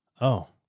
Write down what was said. oh,